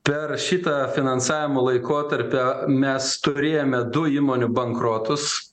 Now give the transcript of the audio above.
per šitą finansavimo laikotarpio mes turėjome du įmonių bankrotus